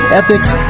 ethics